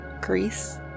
Greece